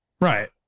Right